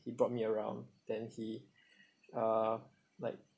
he brought me around then he uh like